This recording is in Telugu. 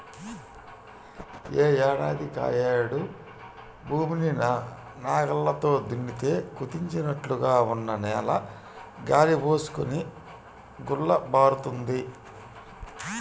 యే ఏడాదికాయేడు భూమిని నాగల్లతో దున్నితే కుదించినట్లుగా ఉన్న నేల గాలి బోసుకొని గుల్లబారుతుంది